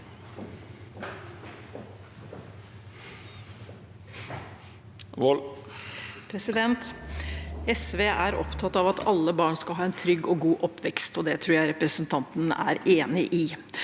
SV er opptatt av at alle barn skal ha en trygg og god oppvekst, og det tror jeg representanten er enig i.